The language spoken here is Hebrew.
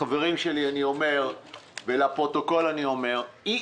לחברים שלי אני אומר ולפרוטוקול אני אומר: אי